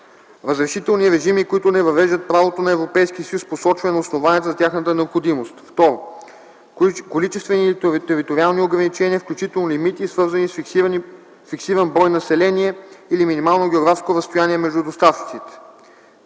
разрешителни режими, които не въвеждат правото на Европейския съюз с посочване на основанията за тяхната необходимост; 2. количествени или териториални ограничения, включително лимити, свързани с фиксиран брой население или минимално географско разстояние между доставчиците;